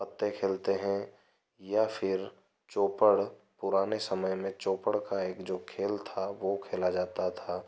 पत्ते खेलते हैं या फिर चोपड़ पुराने समय में चोपड़ का एक जो खेल था वो खेला जाता था